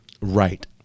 Right